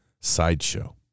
sideshow